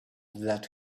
that